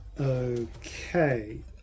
Okay